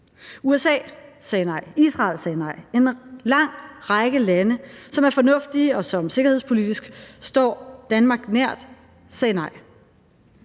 USA sagde nej, Israel sagde nej – en lang række lande, som er fornuftige, og som sikkerhedspolitisk står Danmark nært, sagde nej.